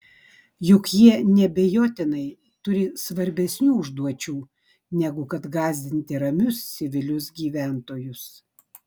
juk jie neabejotinai turi svarbesnių užduočių negu kad gąsdinti ramius civilius gyventojus